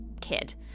kid